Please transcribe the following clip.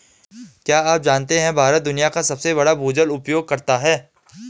क्या आप जानते है भारत दुनिया का सबसे बड़ा भूजल उपयोगकर्ता है?